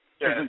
yes